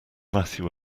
matthew